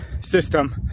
system